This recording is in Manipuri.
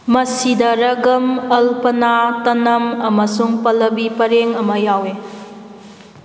ꯃꯁꯤꯗꯔꯒꯝ ꯑꯜꯄꯅꯥ ꯇꯅꯝ ꯑꯃꯁꯨꯡ ꯄꯂꯕꯤ ꯄꯔꯦꯡ ꯑꯃ ꯌꯥꯎꯋꯤ